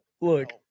look